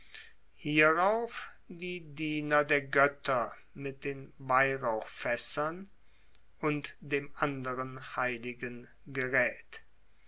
hierauf die diener der goetter mit den weihrauchfaessern und dem anderen heiligen geraet